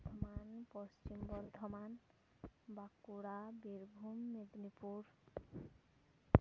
Paschim Bardhaman Bankura Birbhum Medinipur